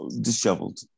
disheveled